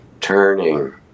turning